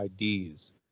IDs